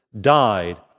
died